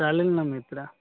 चालेल ना मित्रा